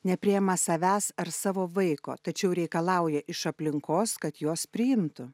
nepriema savęs ar savo vaiko tačiau reikalauja iš aplinkos kad juos priimtų